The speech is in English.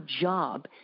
job